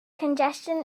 congestion